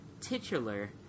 titular